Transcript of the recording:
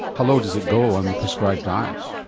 how low does it go on the prescribed diet?